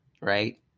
right